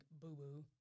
boo-boo